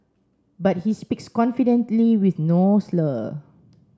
but he speaks confidently with no slur